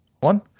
one